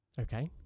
Okay